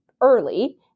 early